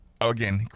Again